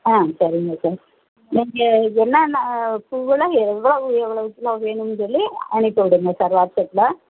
ஆ சரிங்க சார் நீங்க என்னென்னா பூவெல்லாம் எவ்வளவு எவ்வளவு கிலோ வேணும்னு சொல்லி அனுப்பி விடுங்கள் சார் வாட்ஸ்ஆப்பில்